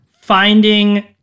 finding